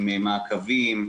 מעקבים,